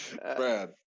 Brad